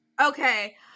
Okay